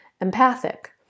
empathic